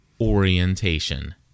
orientation